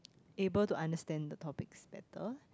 able to understand the topics better